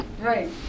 Right